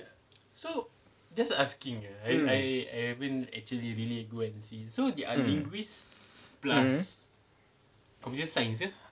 mm mm mmhmm